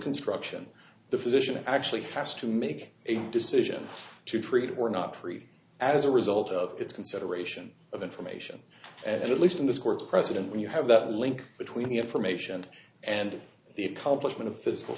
construction the physician actually has to make a decision to treat or not free as a result of its consideration of information and at least in this court's precedent when you have that link between the information and the accomplishment of physical